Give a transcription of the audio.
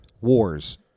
wars